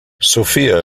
sophia